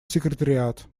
секретариат